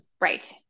Right